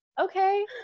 okay